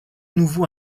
nouveau